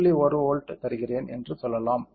1 volt தருகிறேன் என்று சொல்லலாம்